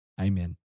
Amen